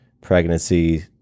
pregnancy